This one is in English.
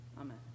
Amen